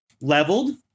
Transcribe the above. leveled